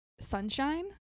sunshine